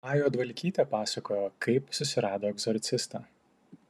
a juodvalkytė pasakojo kaip susirado egzorcistą